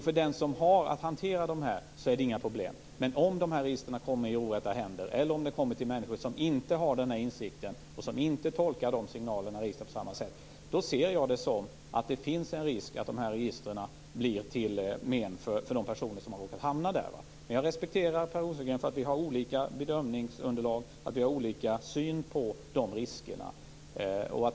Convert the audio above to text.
För den som har att hantera de här registren är det inga problem. Men om registren kommer i orätta händer eller om de kommer till människor som inte har den insikten och som inte tolkar registren på samma sätt, då finns det som jag ser det en risk att registren blir till men för de personer som har råkat hamna där. Jag respekterar det Per Rosengren säger. Vi har olika bedömningsunderlag och olika syn på de riskerna.